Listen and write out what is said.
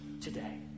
today